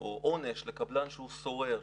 או עונש לקבלן שהוא סורר,